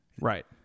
Right